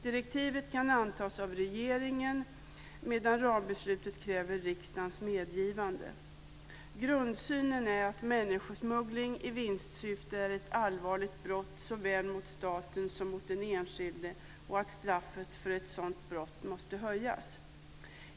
Direktivet kan antas av regeringen, medan rambeslutet kräver riksdagens medgivande. Grundsynen är att människosmuggling i vinstsyfte är ett allvarligt brott såväl mot staten som mot den enskilde och att straffet för ett sådant brott måste höjas.